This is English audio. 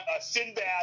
Sinbad